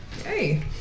Hey